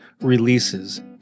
releases